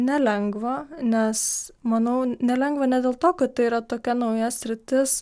nelengva nes manau nelengva ne dėl to kad tai yra tokia nauja sritis